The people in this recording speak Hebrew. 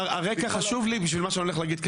הרקע חשוב לי בשביל מה שאני הולך להגיד כרגע.